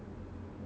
true